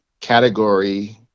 category